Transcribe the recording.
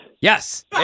Yes